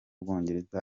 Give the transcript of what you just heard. bwongereza